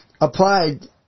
applied